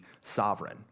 sovereign